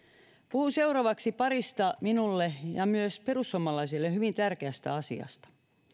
puhun seuraavaksi parista minulle ja myös perussuomalaisille hyvin tärkeästä asiasta